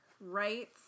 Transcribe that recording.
right